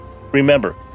Remember